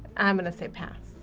i'm gonna say pass.